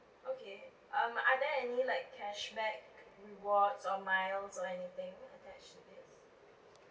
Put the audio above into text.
okay um are there any like cashback rewards or miles or anything